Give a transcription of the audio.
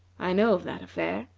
i know of that affair,